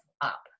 up